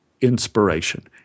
inspiration